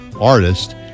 artist